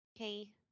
Okay